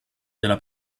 della